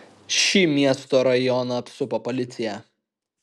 šį miesto rajoną apsupo policija